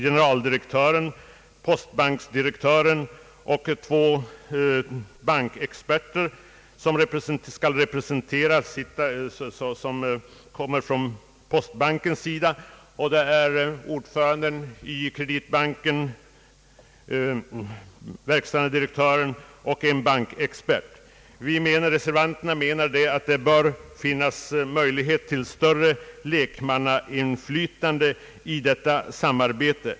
Generaldirektören, postbanksdirektören och en bankexpert skall representera postbanken, medan det från Kreditbankens sida blir ordföranden i Kreditbanken, verkställande direktören och en bankexpert. Reservanterna menar att det bör finnas möjlighet till större lekmannainflytande i detta samarbete.